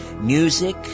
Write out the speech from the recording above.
Music